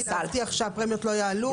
בשביל להבטיח שהפרמיות לא יעלו,